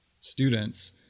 students